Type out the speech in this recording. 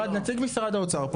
נציג משרד האוצר פה.